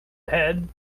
ahead